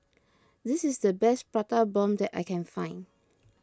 this is the best Prata Bomb that I can find